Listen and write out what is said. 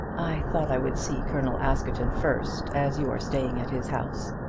i thought i would see colonel askerton first, as you are staying at his house.